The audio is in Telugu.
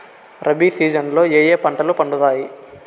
రబి సీజన్ లో ఏ ఏ పంటలు పండుతాయి